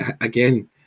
again